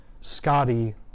scotty